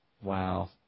Wow